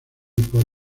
por